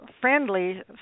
friendly